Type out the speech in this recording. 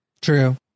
True